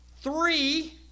three